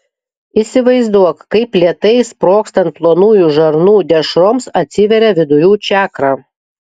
įsivaizduok kaip lėtai sprogstant plonųjų žarnų dešroms atsiveria vidurių čakra